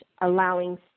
allowing